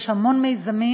יש המון מיזמים.